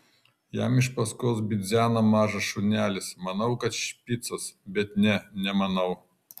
jam iš paskos bidzeno mažas šunelis manau kad špicas bet ne nemanau